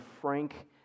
Frank